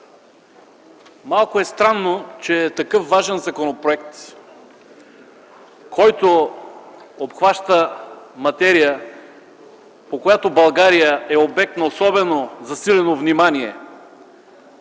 Малко е странно, че такъв важен законопроект, който обхваща материя, по която България е обект на особено засилено внимание